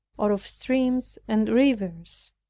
or of streams and rivers.